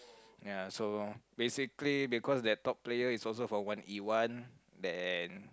ya so basically because that top player is also from one E one then